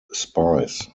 spies